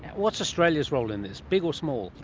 what's australia's role in this, big or small?